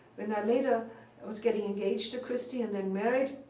when i later was getting engaged to christy and then married,